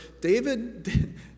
David